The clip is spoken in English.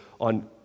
on